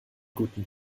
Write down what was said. guten